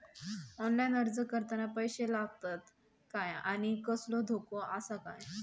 Online अर्ज करताना पैशे लागतत काय आनी कसलो धोको आसा काय?